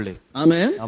Amen